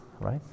right